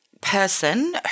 person